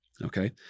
Okay